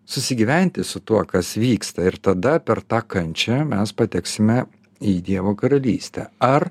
susigyventi su tuo kas vyksta ir tada per tą kančią mes pateksime į dievo karalystę ar